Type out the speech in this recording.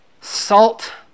salt